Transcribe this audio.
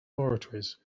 laboratories